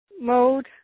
mode